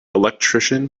electrician